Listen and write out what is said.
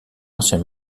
ancien